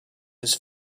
his